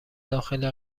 داخل